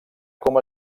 com